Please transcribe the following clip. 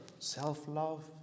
Self-love